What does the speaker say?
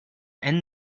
and